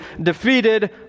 defeated